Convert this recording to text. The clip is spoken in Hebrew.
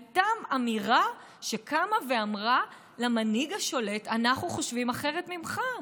הייתה אמירה למנהיג השולט: אנחנו חושבים אחרת ממך.